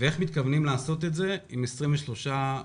איך מתכוונים לעשות את זה עם 23 מפקחים?